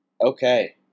Okay